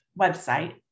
website